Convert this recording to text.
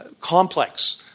complex